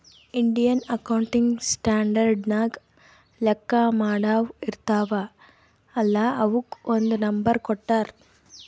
Indian accounting standard ನಾಗ್ ಲೆಕ್ಕಾ ಮಾಡಾವ್ ಇರ್ತಾವ ಅಲ್ಲಾ ಅವುಕ್ ಒಂದ್ ನಂಬರ್ ಕೊಟ್ಟಾರ್